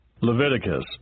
Leviticus